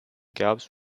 gaps